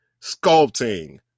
sculpting